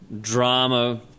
drama